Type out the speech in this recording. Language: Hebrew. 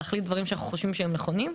להחליט דברים שאנחנו חושבים שהם נכונים.